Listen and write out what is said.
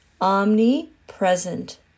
omnipresent